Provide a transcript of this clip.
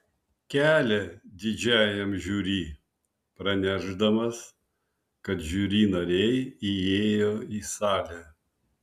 kelią didžiajam žiuri pranešdamas kad žiuri nariai įėjo į salę